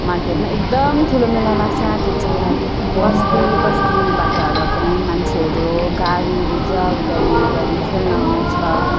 मार्केटमा एकदम ठुलो मेला लाग्छ त्यहाँ चाहिँ लाइक बस्ती बस्तीबाटहरू पनि मान्छेहरू गाडी रिजर्भ गरी गरी खेल्न आउँछ